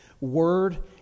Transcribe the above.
word